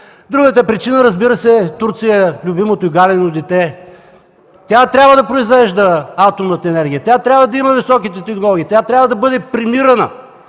Другата причина, разбира се, е Турция – любимото галено дете. Тя трябва да произвежда атомната енергия. Тя трябва да има високите технологии. Тя трябва да бъде премирана.